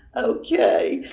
okay,